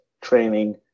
training